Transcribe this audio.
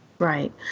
Right